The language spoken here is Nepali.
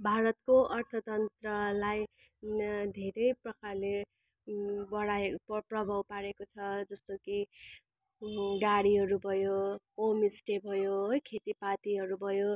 भारतको अर्थतन्त्रलाई धेरै प्रकारले बढाए प्रभाव पारेको छ जस्तो कि गाडीहरू भयो होमस्टे भयो है खेतीपातीहरू भयो